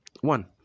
One